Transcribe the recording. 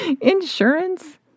Insurance